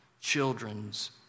children's